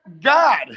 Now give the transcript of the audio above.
God